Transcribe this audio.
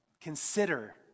consider